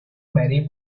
marry